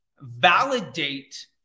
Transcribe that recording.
validate